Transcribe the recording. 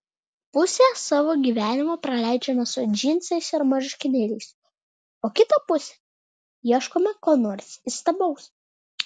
pusę savo gyvenimo praleidžiame su džinsais ir marškinėliais o kitą pusę ieškome ko nors įstabaus